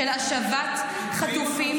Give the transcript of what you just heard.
של השבת חטופים.